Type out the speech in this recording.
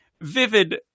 vivid